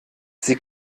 sie